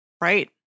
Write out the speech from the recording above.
Right